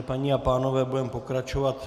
Paní a pánové, budeme pokračovat.